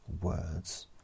words